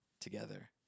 together